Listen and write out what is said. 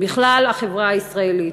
בכלל החברה הישראלית,